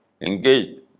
engaged